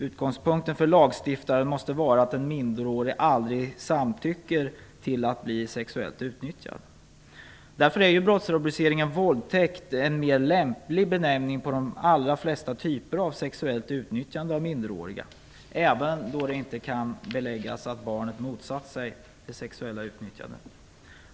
Utgångspunkten för lagstiftaren måste vara att en minderårig aldrig samtycker till att bli sexuellt utnyttjad. Därför är brottsrubriceringen våldtäkt en mer lämplig benämning på de allra flesta typer av sexuellt utnyttjande av minderåriga, även då det inte kan beläggas att barnet motsatt sig sexuellt utnyttjande.